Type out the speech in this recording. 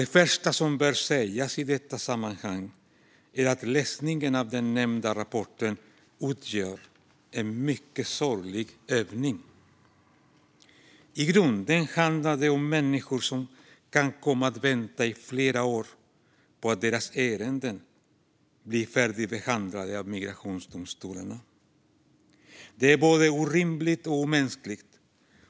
Det första som bör sägas i detta sammanhang är att läsningen av den nämnda rapporten utgör en mycket sorglig övning. I grunden handlar det om människor som kan komma att behöva vänta i flera år på att deras ärenden blir färdigbehandlade av migrationsdomstolarna. Det är både orimligt och omänskligt.